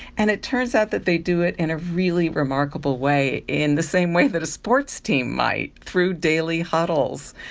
and it turns out that they do it in a really remarkable way, in the same way that a sports team might, through daily huddles.